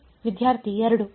ವಿದ್ಯಾರ್ಥಿ 2